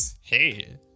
hey